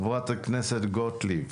חברת הכנסת גוטליב.